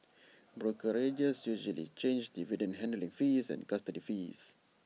brokerages usually charge dividend handling fees and custody fees